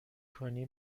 کنی